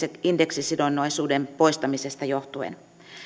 indeksisidonnaisuuden poistamisesta johtuen